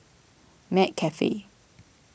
McCafe